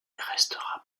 restera